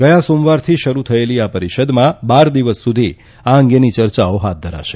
ગયા સોમવારથી શરૂ થયેલી આ પરિષદમાં બાર દિવસ સુધી આ અંગેની ચર્ચાઓ હાથ ધરાશે